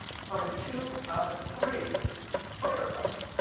for every two out of three foia requests.